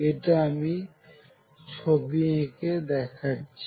এটা আমি ছবি এঁকে দেখাচ্ছি